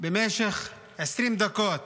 במשך 20 דקות